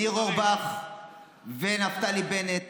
ניר אורבך ונפתלי בנט